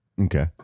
Okay